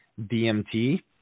DMT